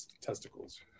testicles